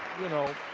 you know,